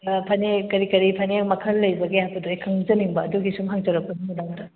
ꯑ ꯐꯅꯦꯛ ꯀꯔꯤ ꯀꯔꯤ ꯐꯅꯦꯛ ꯃꯈꯜ ꯂꯩꯕꯥꯒꯦ ꯍꯥꯏꯕꯗꯣ ꯑꯩ ꯈꯪꯖꯅꯤꯡꯕ ꯑꯗꯨꯒꯤ ꯁꯨꯝ ꯍꯡꯖꯔꯛꯄꯅꯤ ꯃꯦꯗꯥꯝꯗ